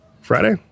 Friday